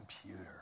computer